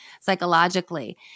psychologically